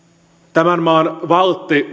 tämän maan valtti